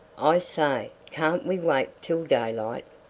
i say, can't we wait till daylight?